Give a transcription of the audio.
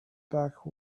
back